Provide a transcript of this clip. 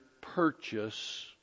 purchase